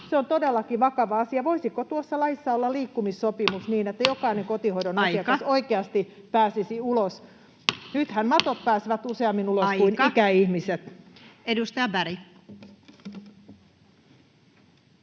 Se on todellakin vakava asia. Voisiko tuossa laissa olla liikkumissopimus, niin että jokainen kotihoidon [Puhemies: Aika!] asiakas oikeasti pääsisi ulos? Nythän matot pääsevät useammin ulos [Puhemies: Aika!] kuin ikäihmiset. Edustaja Berg.